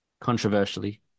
controversially